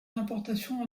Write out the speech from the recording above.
d’importation